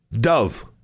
Dove